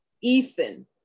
Ethan